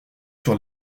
sur